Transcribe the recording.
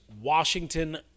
Washington